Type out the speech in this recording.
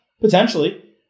Potentially